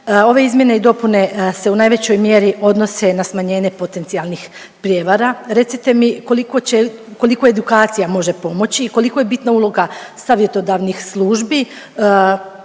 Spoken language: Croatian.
ove izmjene i dopune se u najvećoj mjeri odnose na smanjenje potencijalnih prijevara. Recite mi koliko će, koliko edukacija može pomoći i koliko je bitna uloga savjetodavnih službi